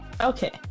Okay